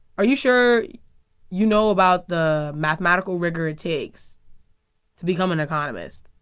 are you sure you know about the mathematical rigor it takes to become an economist?